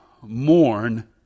mourn